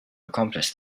accomplish